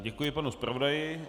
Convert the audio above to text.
Děkuji panu zpravodaji.